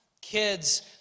Kids